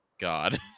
God